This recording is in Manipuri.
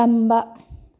ꯇꯝꯕ